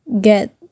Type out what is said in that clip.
get